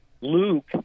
Luke